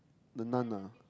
the Nun ah